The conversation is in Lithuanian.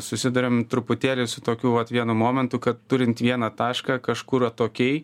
susiduriam truputėlį su tokiu vat vienu momentu kad turint vieną tašką kažkur atokiai